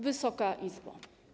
Wysoka Izbo!